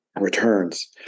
returns